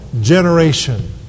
generation